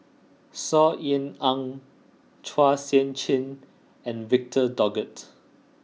Saw Ean Ang Chua Sian Chin and Victor Doggett